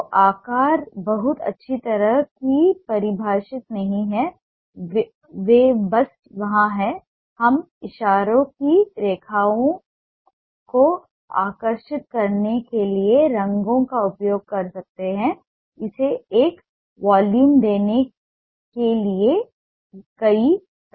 तो आकार बहुत अच्छी तरह से परिभाषित नहीं है वे बस वहां हैं हम इशारों की रेखाओं को आकर्षित करने के लिए रंगों का उपयोग कर सकते हैं इसे एक वॉल्यूम देने के लिए कई रंग